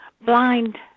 blind